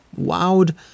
Wowed